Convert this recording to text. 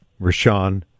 Rashawn